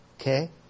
Okay